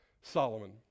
Solomon